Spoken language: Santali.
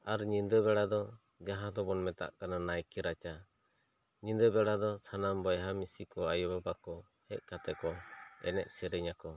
ᱟᱨ ᱧᱤᱫᱟᱹ ᱵᱮᱲᱟ ᱫᱚ ᱡᱟᱦᱟᱸ ᱫᱚ ᱵᱚᱱ ᱢᱮᱛᱟᱜ ᱠᱟᱱᱟ ᱱᱟᱭᱠᱮ ᱨᱟᱪᱟ ᱧᱤᱫᱟᱹ ᱵᱮᱲᱟ ᱫᱚ ᱥᱟᱱᱟᱢ ᱵᱟᱭᱦᱟ ᱢᱤᱥᱤ ᱠᱚ ᱟᱭᱚ ᱵᱟᱵᱟ ᱠᱚ ᱦᱮᱡ ᱠᱟᱛᱮᱜ ᱠᱚ ᱮᱱᱮᱡ ᱥᱮᱨᱮᱧ ᱟᱠᱚ